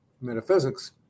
metaphysics